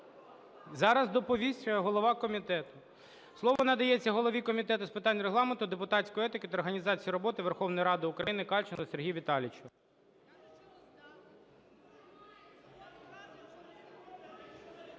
Зараз доповість голова комітету. Слово надається голові Комітету з питань Регламенту, депутатської етики та організації роботи Верховної Ради України Кальченку Сергію Віталійовичу.